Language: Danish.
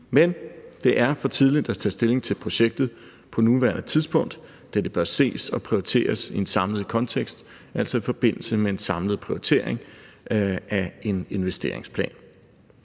Men det er for tidligt at tage stilling til projektet på nuværende tidspunkt, da det bør ses og prioriteres i en samlet kontekst, altså i forbindelse med en samlet prioritering af en investeringsplan.